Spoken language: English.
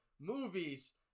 movies